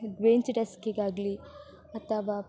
bench ಡೆಸ್ಕಿಗಾಗ್ಲಿ ಅಥವಾ